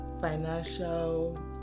financial